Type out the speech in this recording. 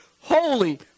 Holy